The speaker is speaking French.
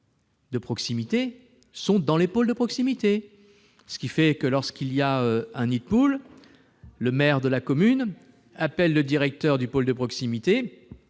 de proximité sont dans ces pôles ; ainsi, lorsqu'il y a un nid-de-poule, le maire de la commune appelle le directeur du pôle de proximité